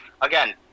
again